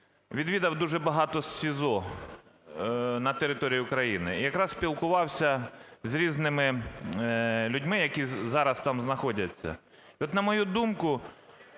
відвідав дуже багато СІЗО на території України і якраз спілкувався з різними людьми, які зараз там знаходяться. І от, на мою думку,